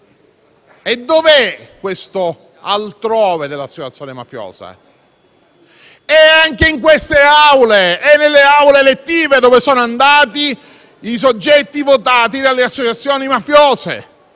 E dov'è questo "altrove" dell'associazione mafiosa? È anche in queste Aule, nelle Aule elettive dove sono andati i soggetti votati dalle associazioni mafiose,